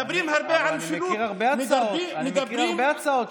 מדברים הרבה על משילות,